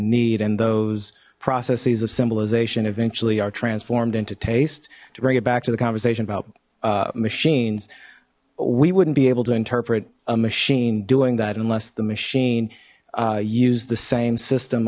need and those processes of symbolization eventually are transformed into taste to bring it back to the conversation about machines we wouldn't be able to interpret a machine doing that unless the machine used the same system